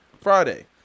Friday